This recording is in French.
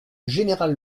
général